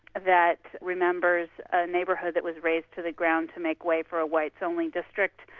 that remembers a neighbourhood that was razed to the ground to make way for a whites-only district,